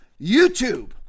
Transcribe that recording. YouTube